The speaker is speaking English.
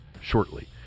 shortly